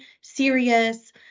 serious